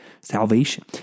salvation